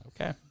Okay